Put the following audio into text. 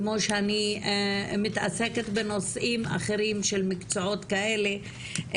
כמו שאני מתעסקת בנושאים אחרים של מקצועות כאלה,